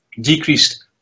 decreased